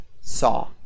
saw